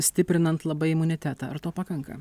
stiprinant labai imunitetą ar to pakanka